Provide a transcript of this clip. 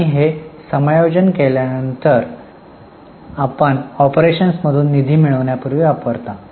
आणि हे समायोजन केल्यानंतर आपण ऑपरेशन्समधून निधी मिळवण्यासाठी वापरता